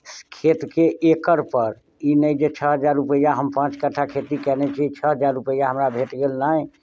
से खेतके एकड़पर ई नहि जे छओ हजार रुपैआ हम पाँच कट्ठा खेती कयने छी छओ हजार रुपैआ हमरा भेट गेल नहि